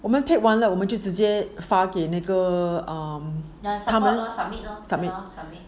我们 take 完了我们就直接发给那个 um 他们 submit submit